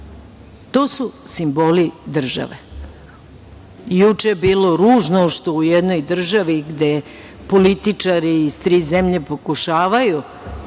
to su simboli države. Juče je bilo ružno što u jednoj državi gde političari iz tre zemlje pokušavaju